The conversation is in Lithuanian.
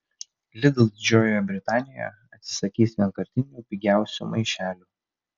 lidl didžiojoje britanijoje atsisakys vienkartinių pigiausių maišelių